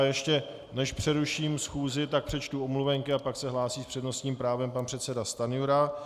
Ještě než přeruším schůzi, tak přečtu omluvenky a pak se hlásí s přednostním právem pan předseda Stanjura.